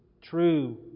true